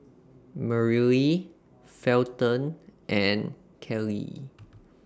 Merrilee Felton and Kellee